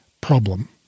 problem